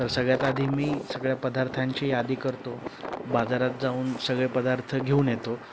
तर सगळ्यात आधी मी सगळ्या पदार्थांची यादी करतो बाजारात जाऊन सगळे पदार्थ घेऊन येतो